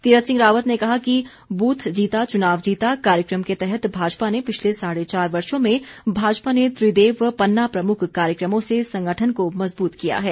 तीर्थ सिंह रावत ने कहा कि ब्रथ जीता चुनाव जीता कार्यक्रम के तहत भाजपा ने पिछले साढ़े चार वर्षो में भाजपा ने त्रिदेव व पन्ना प्रमुख कार्यक्रमों से संगठन को मज़बूत किया है